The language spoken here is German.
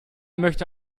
möchte